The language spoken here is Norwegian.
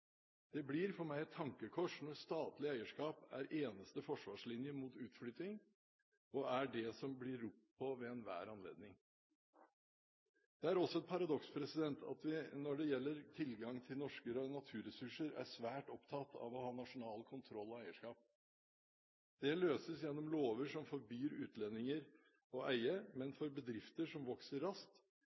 Det blir for meg et tankekors når statlig eierskap er eneste forsvarslinje mot utflytting og er det som det blir ropt på ved enhver anledning. Det er også et paradoks at vi når det gjelder tilgang til norske naturressurser, er svært opptatt av å ha nasjonal kontroll og eierskap. Det løses gjennom lover som forbyr utlendinger å eie, men for bedrifter som vokser raskt